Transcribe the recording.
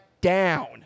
down